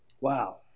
Wow